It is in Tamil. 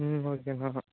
ம் ஓகேண்ணா